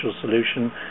solution